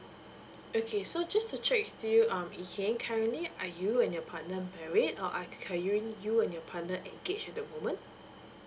okay so just to check with you um yee keng currently are you and your partner married or are ca~ you um you and your partner engaged at the moment